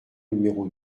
numéro